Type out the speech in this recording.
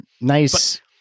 nice